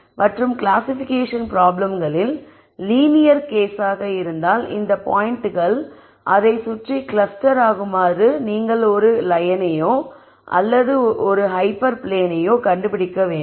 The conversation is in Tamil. மற்றும் கிளாசிஃபிகேஷன் பிராப்ளம்களில் லீனியர் கேஸாக இருந்தால் இந்தப் பாயிண்ட்கள் அதை சுற்றி கிளஸ்டர் ஆகுமாறு நீங்கள் ஒரு லயனையோ அல்லது ஹைப்பர் பிளேனையோ கண்டுபிடிக்க வேண்டும்